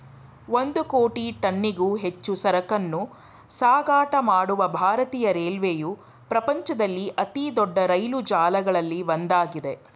ಒಂದು ಕೋಟಿ ಟನ್ನಿಗೂ ಹೆಚ್ಚು ಸರಕನ್ನೂ ಸಾಗಾಟ ಮಾಡುವ ಭಾರತೀಯ ರೈಲ್ವೆಯು ಪ್ರಪಂಚದಲ್ಲಿ ಅತಿದೊಡ್ಡ ರೈಲು ಜಾಲಗಳಲ್ಲಿ ಒಂದಾಗಿದೆ